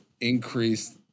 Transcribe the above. increase